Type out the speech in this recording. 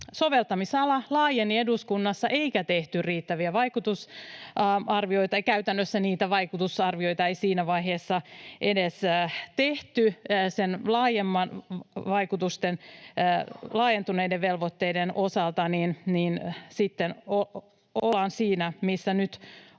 soveltamisala laajeni eduskunnassa eikä tehty riittäviä vaikutusarvioita — ja käytännössä niitä vaikutusarvioita ei siinä vaiheessa edes tehty sen laajentuneiden velvoitteiden osalta — niin sitten ollaan siinä, missä nyt